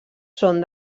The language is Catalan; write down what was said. són